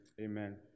Amen